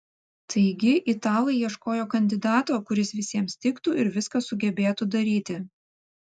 taigi italai ieškojo kandidato kuris visiems tiktų ir viską sugebėtų daryti